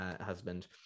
husband